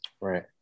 right